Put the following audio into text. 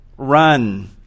run